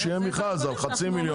שיהיה מכרז על חצי מיליון,